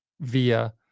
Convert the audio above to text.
via